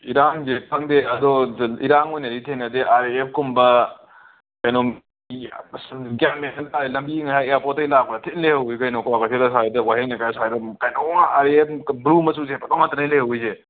ꯏꯔꯥꯡꯁꯦ ꯈꯪꯗꯦ ꯑꯗꯣ ꯏꯔꯥꯡ ꯑꯣꯏꯅꯗꯤ ꯊꯦꯡꯅꯗꯦ ꯑꯥꯔ ꯑꯦ ꯑꯦꯐꯀꯨꯝꯕ ꯀꯩꯅꯣ ꯃꯤ ꯑꯁ ꯒ꯭ꯌꯥꯟ ꯃꯦꯟ ꯑꯃ ꯇꯥꯗꯦ ꯂꯝꯕꯤꯖꯦ ꯉꯁꯥꯏ ꯑꯦꯌꯔꯄꯣꯔꯠꯇꯒꯤ ꯂꯥꯛꯄꯗ ꯊꯤ ꯂꯩꯍꯧꯋꯤ ꯀꯩꯅꯣ ꯀ꯭ꯋꯥꯀꯩꯊꯦꯜ ꯑꯁꯥꯏꯗ ꯋꯥꯍꯦꯡ ꯂꯩꯀꯥꯏ ꯑꯁꯥꯏꯗ ꯀꯩꯅꯣꯉꯥꯛ ꯑꯥꯔ ꯑꯦ ꯑꯦꯐ ꯕ꯭ꯂꯨ ꯃꯆꯨ ꯂꯤꯠꯄꯗꯣ ꯉꯥꯛꯇꯅꯦ ꯂꯩꯍꯧꯔꯤꯁꯦ